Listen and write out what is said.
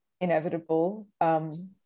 inevitable